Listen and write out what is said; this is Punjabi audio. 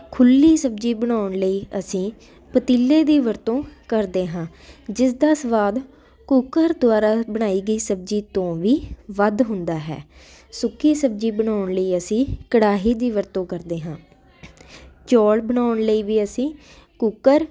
ਖੁੱਲੀ ਸਬਜ਼ੀ ਬਣਾਉਣ ਲਈ ਅਸੀਂ ਪਤੀਲੇ ਦੀ ਵਰਤੋਂ ਕਰਦੇ ਹਾਂ ਜਿਸ ਦਾ ਸਵਾਦ ਕੂਕਰ ਦੁਆਰਾ ਬਣਾਈ ਗਈ ਸਬਜ਼ੀ ਤੋਂ ਵੀ ਵੱਧ ਹੁੰਦਾ ਹੈ ਸੁੱਕੀ ਸਬਜ਼ੀ ਬਣਾਉਣ ਲਈ ਅਸੀਂ ਕੜਾਹੀ ਦੀ ਵਰਤੋਂ ਕਰਦੇ ਹਾਂ ਚੌਲ ਬਣਾਉਣ ਲਈ ਵੀ ਅਸੀਂ ਕੁੱਕਰ